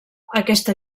aquesta